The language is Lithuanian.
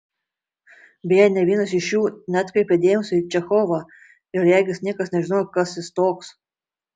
beje nė vienas iš jų neatkreipė dėmesio į čechovą ir regis niekas nežinojo kas jis toks